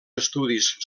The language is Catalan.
estudis